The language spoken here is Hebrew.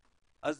אז,